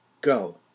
go